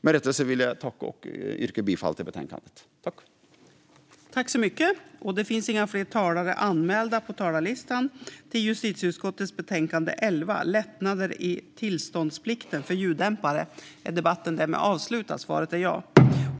Med detta vill jag yrka bifall till utskottets förslag.